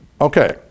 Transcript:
okay